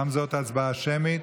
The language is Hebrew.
גם זאת הצבעה שמית.